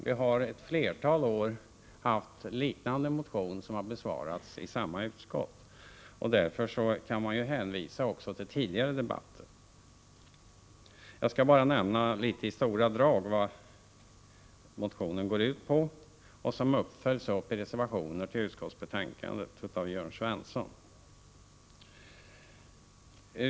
Vi har ett flertal år framlagt liknande motioner som besvarats i samma utskott. Därför kan man ju hänvisa till tidigare debatter. Jag skall bara i stora drag nämna vad motionen går ut på. Den följs upp av reservationer till utskottsbetänkandet av Jörn Svensson.